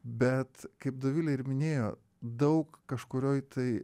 bet kaip dovilė ir minėjo daug kažkurioj tai